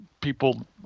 people